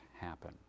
happen